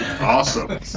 Awesome